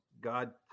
God